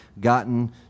gotten